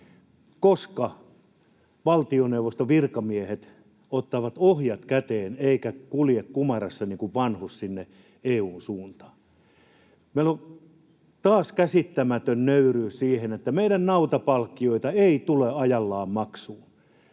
Koska valtioneuvoston virkamiehet ottavat ohjat käteen eivätkä kulje kumarassa niin kuin vanhus sinne EU:n suuntaan? Meillä on taas käsittämätön nöyryys siihen, että meidän nautapalkkioita ei tule ajallaan maksuun.